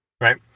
right